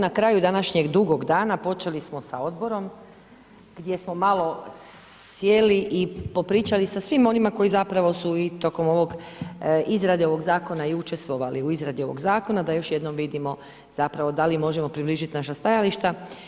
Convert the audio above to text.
Na kraju današnjeg dugog dana, počeli smo sa odborom gdje smo malo sjeli i popričali sa svim onima koji zapravo su i tokom ovog, izrade ovog zakona i učestvovali u izradi ovog zakona, da još jednom vidimo zapravo, da li možemo približiti naša stajališta.